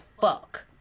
fuck